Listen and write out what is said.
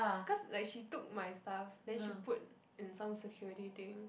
cause like she took my stuff then she put in some security thing